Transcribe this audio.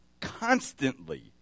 constantly